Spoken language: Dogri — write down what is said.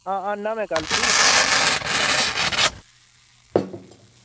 हां आन्ना में कल ठीक ऐ